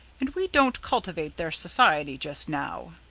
and we don't cultivate their society just now.